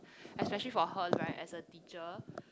especially for her right as a teacher